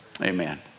amen